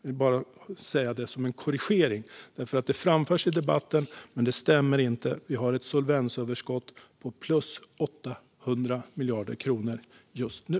Jag vill säga det som en korrigering eftersom detta framförs i debatten, men det stämmer inte. Vi har ett solvensöverskott på 800 miljarder kronor just nu.